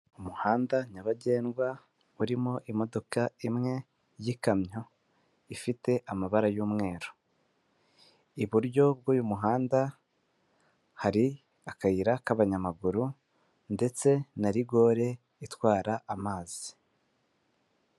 Umuhanda nyabagendwa urimo imodoka imwe y'ikamyo ifite amabara y'umweru, iburyo bw'uyu muhanda hari akayira k'abanyamaguru ndetse na rigore itwara amazi.